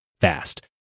fast